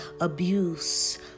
abuse